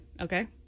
Okay